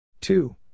Two